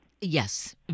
Yes